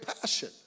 passion